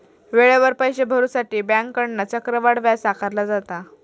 वेळेवर पैशे भरुसाठी बँकेकडना चक्रवाढ व्याज आकारला जाता